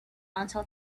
until